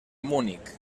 múnich